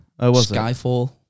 Skyfall